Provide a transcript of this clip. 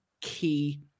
key